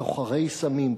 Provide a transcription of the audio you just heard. סוחרי סמים,